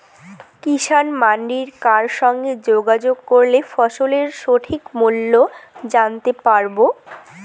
কিষান মান্ডির কার সঙ্গে যোগাযোগ করলে ফসলের সঠিক মূল্য জানতে পারবো?